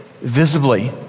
visibly